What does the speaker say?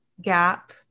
gap